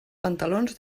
pantalons